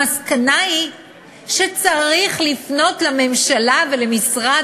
המסקנה היא שצריך לפנות לממשלה ולמשרד